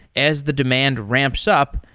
as the demand ramps up,